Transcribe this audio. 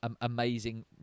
amazing